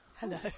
Hello